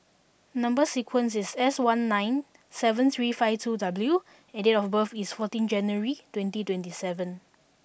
number sequence is S one six nine seven three five two W and date of birth is fourteen January twenty twenty seven